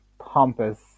pompous